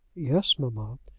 yes, mamma.